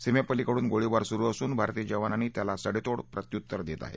सीमेपलिकडून गोळीबार सुरु असून भारतीय जवानांनी त्याला सडेतोड प्रत्युत्तर देत आहेत